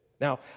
Now